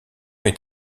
est